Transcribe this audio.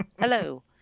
Hello